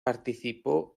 participó